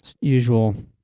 usual